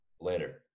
Later